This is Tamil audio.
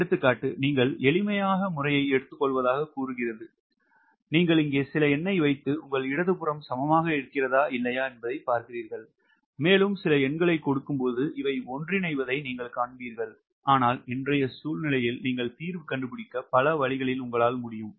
எடுத்துக்காட்டு நீங்கள் எளிமையான முறையை எடுத்துக்கொள்வதாகக் கூறுகிறது நீங்கள் இங்கே சில எண்ணை வைத்து உங்கள் இடது புறம் சமமாக இருக்கிறதா இல்லையா என்பதைப் பார்க்கிறீர்கள் மேலும் சில எண்களைக் கொடுக்கும்போது இவை ஒன்றிணைவதை நீங்கள் காண்பீர்கள் ஆனால் இன்றைய சூழ்நிலையில் நீங்கள் தீர்வு கண்டுபிடிக்க பல வழிகளில் உங்களால் முடியும்